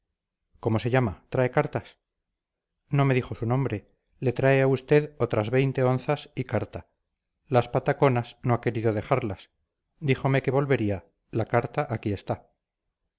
cómo se llama trae cartas no me dijo su nombre le trae a usted otras veinte onzas y carta las pataconas no ha querido dejarlas díjome que volvería la carta aquí está